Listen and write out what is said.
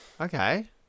Okay